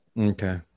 Okay